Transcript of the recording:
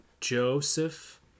Joseph